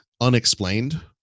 unexplained